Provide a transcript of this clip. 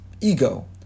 ego